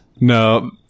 No